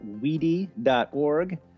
weedy.org